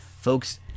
folks